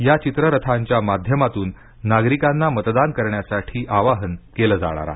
या चित्ररथांच्या माध्यमातून नागरिकांना मतदान करण्यासाठी आवाहन केलं जाणार आहे